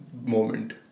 moment